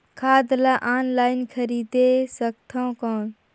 खाद ला ऑनलाइन खरीदे सकथव कौन?